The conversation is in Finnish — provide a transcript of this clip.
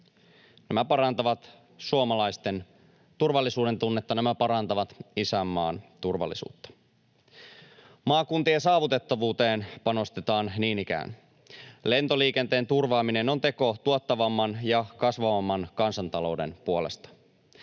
Nämä parantavat suomalaisten turvallisuudentunnetta, nämä parantavat isänmaan turvallisuutta. Maakuntien saavutettavuuteen panostetaan niin ikään. Lentoliikenteen turvaaminen on teko tuottavamman ja kasvavamman kansantalouden puolesta.